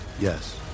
Yes